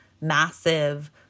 massive